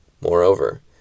Moreover